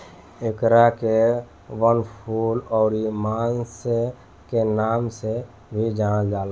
एकरा के वनफूल अउरी पांसे के नाम से भी जानल जाला